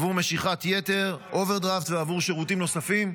עבור משיכת יתר, אוברדרפט, ועבור שירותים נוספים.